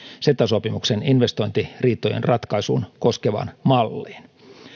ceta sopimuksen investointiriitojen ratkaisua koskevaan malliin